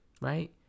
right